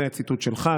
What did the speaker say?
זה היה ציטוט שלך,